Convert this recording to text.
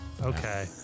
Okay